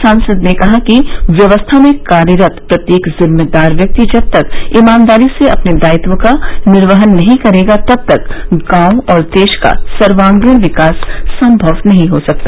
सांसद ने कहा कि व्यवस्था में कार्यरत प्रत्येक जिम्मेदार व्यक्ति जब तक ईमानदारी से अपने दायित्व का निर्वहन नहीं करेगा तब तक गांव और देश का सर्वांगीण विकास संभव नहीं हो सकता